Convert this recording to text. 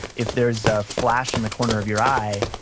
if there's a flash in the corner of your eye,